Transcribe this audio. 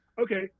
okay